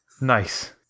Nice